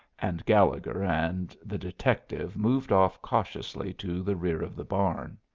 and gallegher and the detective moved off cautiously to the rear of the barn.